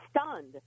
stunned